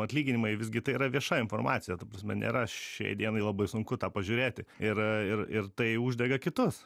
atlyginimai visgi tai yra vieša informacija ta prasme nėra šiai dienai labai sunku tą pažiūrėti ir ir ir tai uždega kitus